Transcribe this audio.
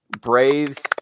Braves